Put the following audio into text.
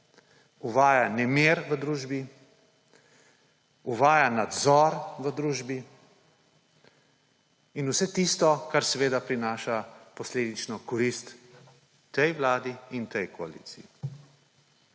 uvaja nemir v družbi, uvaja nadzor v družbi in vse tisto, kar prinaša posledično korist tej vladi in tej koaliciji.